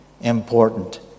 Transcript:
important